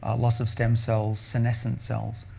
ah loss of stem cells, senescent cells.